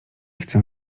chcę